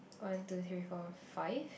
one two three four five